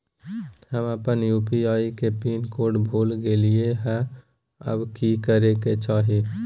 हम अपन यू.पी.आई के पिन कोड भूल गेलिये हई, अब की करे के चाही?